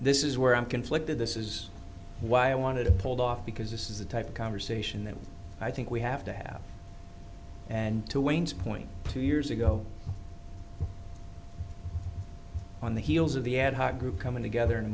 this is where i'm conflicted this is why i wanted to hold off because this is the type of conversation that i think we have to have and to wayne's point two years ago on the heels of the ad hoc group coming together and